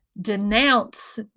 denounce